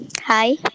Hi